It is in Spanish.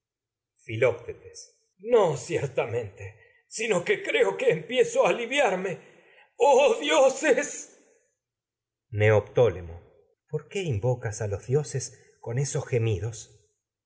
filoctetes no ciertamente sino que creo que empiezo a aliviarme oh dioses neoptólemo por qué invocas a los dioses con esos gemidos